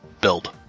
build